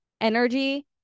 Energy